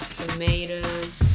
tomatoes